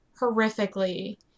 horrifically